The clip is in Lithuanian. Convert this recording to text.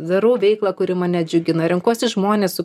darau veiklą kuri mane džiugina renkuosi žmones su